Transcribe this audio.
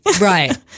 right